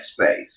space